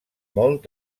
molt